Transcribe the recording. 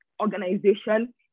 organization